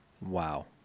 Wow